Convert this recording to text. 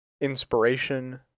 inspiration